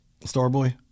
Starboy